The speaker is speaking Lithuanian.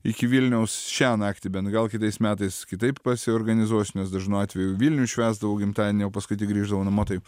iki vilniaus šią naktį bent gal kitais metais kitaip pasiorganizuosiu nes dažnu atveju vilniuj švęsdavau gimtadienį o paskui tik grįždavau namo taip